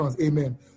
Amen